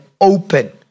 open